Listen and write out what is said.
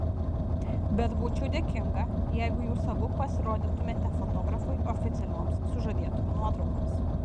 bet būčiau dėkinga jeigu jūs abu pasirodytumėte fotografui oficialioms sužadėtuvių nuotraukoms